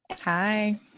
Hi